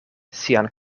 sian